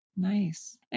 Nice